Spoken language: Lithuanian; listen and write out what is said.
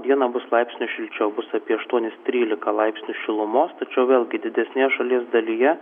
dieną bus laipsniu šilčiau bus apie aštuonis trylika laipsnių šilumos tačiau vėlgi didesnėje šalies dalyje